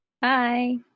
Bye